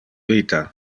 vita